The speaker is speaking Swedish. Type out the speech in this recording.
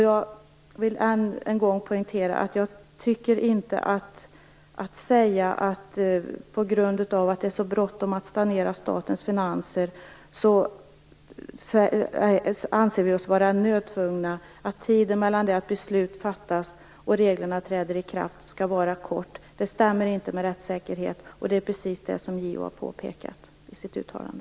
Jag vill än en gång poängtera att det faktum att vi anser att det är tvunget att tiden mellan det att beslut fattas och reglerna träder i kraft skall vara kort på grund av att det är så bråttom att stagnera statens finanser inte stämmer med rättssäkerhet. Det är precis det JO har påpekat i sitt uttalande.